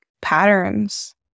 patterns